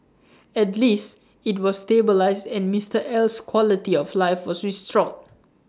at least IT was stabilised and Mister L's quality of life was restored